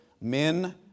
men